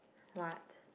what